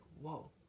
whoa